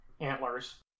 antlers